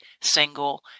single